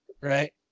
Right